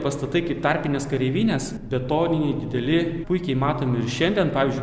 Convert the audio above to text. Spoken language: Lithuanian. pastatai kaip tarpinės kareivinės betoniniai dideli puikiai matomi ir šiandien pavyzdžiui